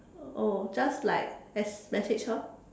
oh just like mess~ message her